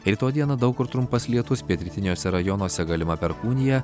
rytoj dieną daug kur trumpas lietus pietrytiniuose rajonuose galima perkūnija